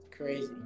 crazy